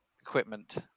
equipment